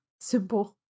simple